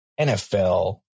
nfl